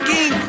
King